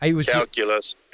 calculus